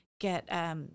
get –